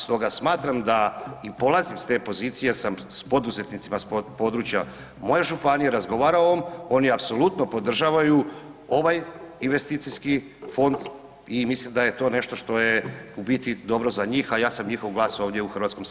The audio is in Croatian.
Stoga smatram da i polazim s te pozicije jer sam s poduzetnicima s područja moje županije razgovarao o ovom, oni apsolutno podržavaju ovaj investicijski fond i mislim da je to nešto što je u biti dobro za njih, a ja sam njihov glas ovdje u Hrvatskom saboru.